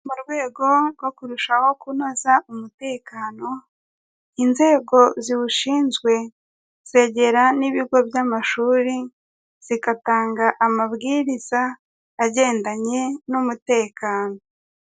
Mu rwego rwo kurushaho kunoza umutekano inzego ziwushinzwe zegera n'ibigo by'amashuri zigatanga amabwiriza agendanye n'umutekano.